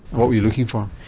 what were you looking for?